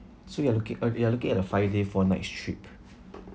so you are looking uh you are looking at a five days four nights trip